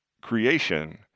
creation